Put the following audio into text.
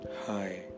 Hi